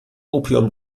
opium